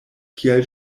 kial